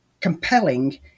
compelling